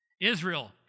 Israel